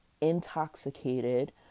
intoxicated